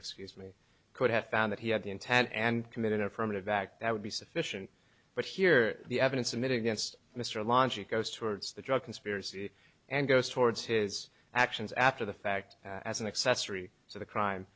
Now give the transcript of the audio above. excuse me could have found that he had the intent and committed an affirmative act that would be sufficient but here the evidence admitted against mr laundry goes towards the drug conspiracy and goes towards his actions after the fact as an accessory so the crime